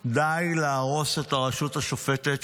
די להרוס את הרשות השופטת,